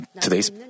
today's